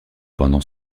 pendant